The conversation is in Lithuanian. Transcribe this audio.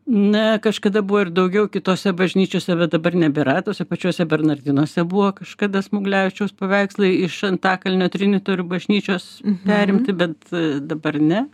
na kažkada buvo ir daugiau kitose bažnyčiose bet dabar nebėra tuose pačiuose bernardinuose buvo kažkada smuglevičiaus paveikslai iš antakalnio trinitorių bažnyčios perimti bet dabar ne